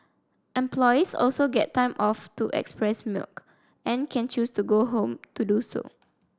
employees also get time off to express milk and can choose to go home to do so